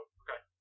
okay